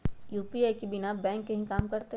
UPI बिना bank के भी कम करतै?